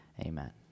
Amen